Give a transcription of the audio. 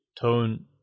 tone